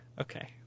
okay